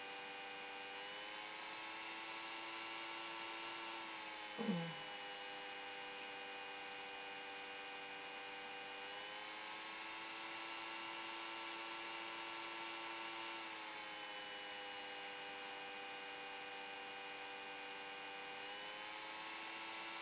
mm